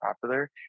popular